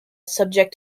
subject